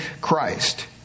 Christ